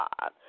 God